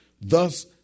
thus